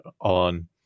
on